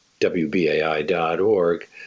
WBAI.org